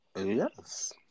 Yes